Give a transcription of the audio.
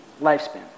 Lifespan